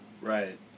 Right